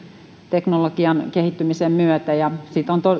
teknologian kehittymisen myötä siitä on